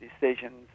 decisions